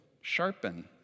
Sharpen